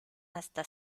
hasta